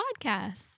podcast